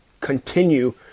continue